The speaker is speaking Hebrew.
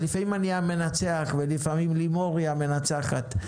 לפעמים אני המנצח ולפעמים לימור היא המנצחת.